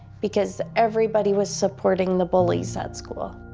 because everybody was supporting the bullies at school.